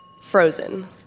Frozen